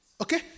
okay